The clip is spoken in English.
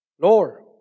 Lord